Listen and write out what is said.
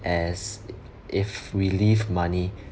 as if we leave money